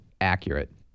accurate